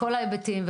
בכל ההיבטים.